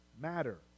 matter